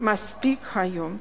מספיק היום.